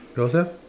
yours have